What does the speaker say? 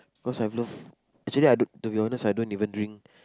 cause I love actually lah to be honest I don't even drink